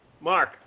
Mark